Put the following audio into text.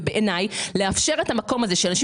בעיניי לאפשר את המקום הזה לאנשים